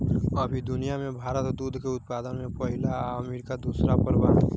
अभी दुनिया में भारत दूध के उत्पादन में पहिला आ अमरीका दूसर पर बा